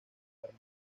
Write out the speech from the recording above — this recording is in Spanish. armas